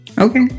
Okay